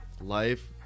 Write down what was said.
life